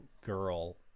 girl